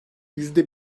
yüzde